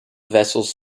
vessels